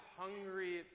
hungry